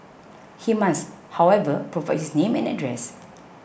he must however provide his name and address